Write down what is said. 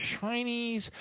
Chinese